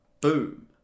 boom